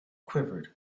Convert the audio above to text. quivered